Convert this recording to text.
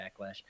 backlash